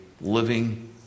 living